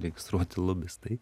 registruoti lobistai